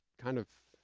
kind of.